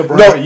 no